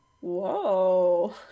Whoa